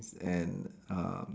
and uh